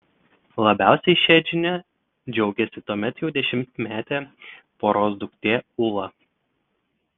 labiausiai šia žinia džiaugėsi tuomet jau dešimtmetė poros duktė ula